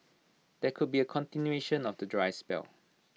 there could be A continuation of the dry spell